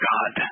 God